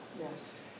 Yes